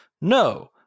No